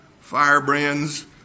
firebrands